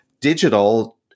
digital